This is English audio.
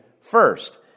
first